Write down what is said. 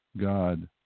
God